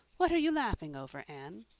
what are you laughing over, anne?